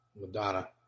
Madonna